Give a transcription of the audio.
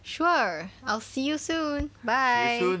sure I'll see you soon bye